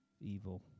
evil